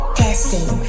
testing